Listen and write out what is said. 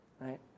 right